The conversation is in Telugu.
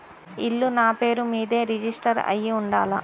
ఇల్లు నాపేరు మీదే రిజిస్టర్ అయ్యి ఉండాల?